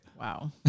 Wow